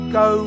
go